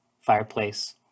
fireplace